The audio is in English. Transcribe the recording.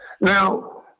Now